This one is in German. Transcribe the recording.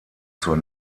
zur